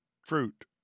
Fruit